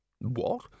What